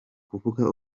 kuvuga